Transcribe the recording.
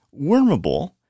wormable